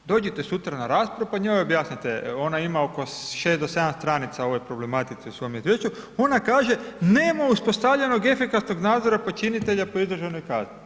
Dođite sutra na raspravu, pa njoj objasnite ona ima oko 6 do 7 stranice o ovoj problematici u svom izvješću, ona kaže nema uspostavljenog efikasnog nadzora počinitelja po izdržanoj kazni.